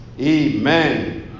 Amen